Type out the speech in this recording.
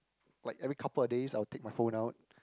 like every couple of days I will take my phone out